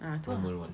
ah tu ah